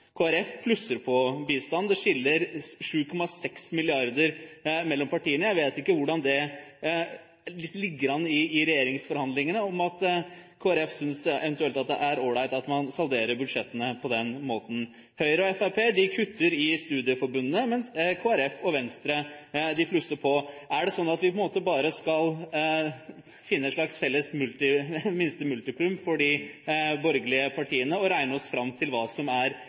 Folkeparti plusser på bistanden. Det skiller 7,6 mrd. kr mellom partiene. Jeg vet ikke hvordan det ligger an i regjeringsforhandlingene, om Kristelig Folkeparti eventuelt synes det er all right at man salderer budsjettene på den måten. Høyre og Fremskrittspartiet kutter i studieforbundene, mens Kristelig Folkeparti og Venstre plusser på. Er det slik at vi på en måte bare skal finne et slags minste felles multiplum for de borgerlige partiene, regne oss fram til hvem som ikke er